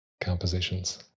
compositions